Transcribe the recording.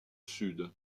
sud